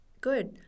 Good